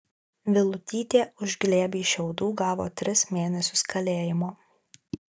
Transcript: vilutytė už glėbį šiaudų gavo tris mėnesius kalėjimo